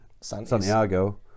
Santiago